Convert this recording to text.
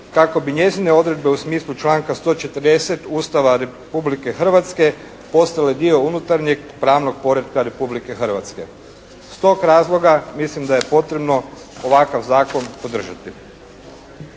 kako bi njezine odredbe u smislu članka 140. Ustava Republike Hrvatske postale dio unutarnjeg pravnog poretka Republike Hrvatske. Iz tog razloga mislim da je potrebno ovakav zakon podržati.